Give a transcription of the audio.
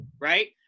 Right